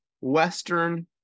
western